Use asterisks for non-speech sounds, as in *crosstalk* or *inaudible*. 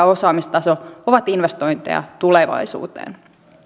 *unintelligible* osaamistaso ovat investointeja tulevaisuuteen